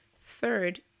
third